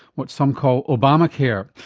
what some call obamacare.